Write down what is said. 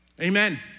Amen